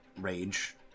rage